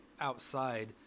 outside